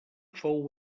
fou